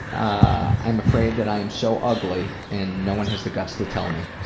i'm afraid that i am so ugly, and no one has the guts to tell me.